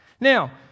Now